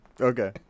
Okay